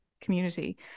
community